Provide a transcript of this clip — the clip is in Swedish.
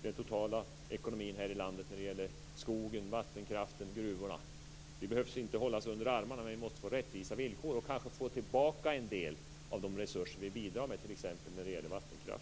för den totala ekonomin här i landet när det gäller skogen, vattenkraften och gruvorna. Vi behöver inte hållas under armarna, men vi måste få rättvisa villkor. Vi borde kanske få tillbaka en del av de resurser vi bidrar med t.ex. när det gäller vattenkraften.